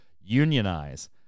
unionize